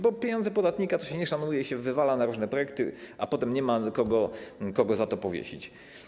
Bo pieniędzy podatnika to się nie szanuje i wywala się je na różne projekty, a potem nie ma kogo za to powiesić.